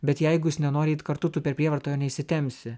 bet jeigu jis nenori eiti kartu tu per prievartą jo neįsitempsi